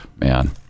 Man